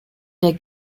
der